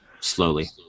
slowly